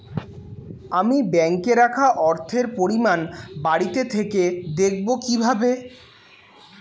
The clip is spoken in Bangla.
আমি ব্যাঙ্কে রাখা অর্থের পরিমাণ বাড়িতে থেকে দেখব কীভাবে?